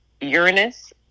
Uranus